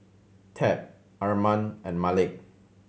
Tab Armand and Malik